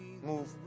move